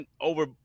over